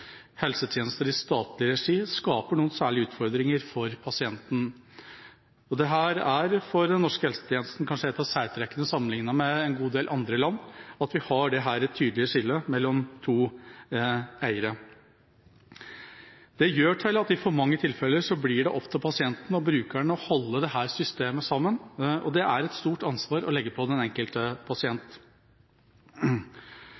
helsetjenester i statlig regi, skaper noen særlige utfordringer for pasienten. Dette er for den norske helsetjenesten kanskje et av særtrekkene sammenlignet med i en god del andre land – at vi har dette tydelige skillet mellom to eiere. Det fører i for mange tilfeller til at det blir opp til pasienten og brukeren å holde systemet sammen. Det er et stort ansvar å legge på den enkelte